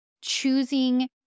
choosing